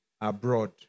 abroad